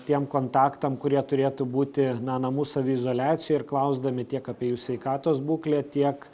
tiem kontaktam kurie turėtų būti na namų saviizoliacijoj ir klausdami tiek apie jų sveikatos būklę tiek